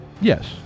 Yes